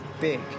big